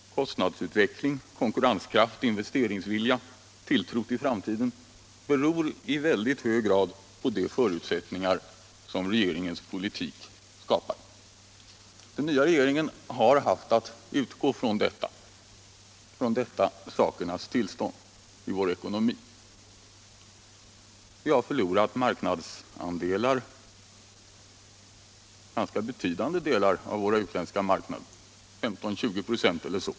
Kostnadsutveckling, konkurrenskraft, investeringsvilja, tilltro till framtiden beror i väldigt hög grad på de förutsättningar som regeringens politik skapar. Den nya regeringen har haft att utgå från detta sakernas tillstånd i vår ekonomi. Vi har förlorat marknadsandelar — ganska betydande delar av våra utländska marknader, 15-20 96 eller så.